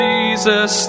Jesus